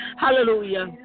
Hallelujah